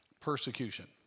persecution